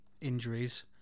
injuries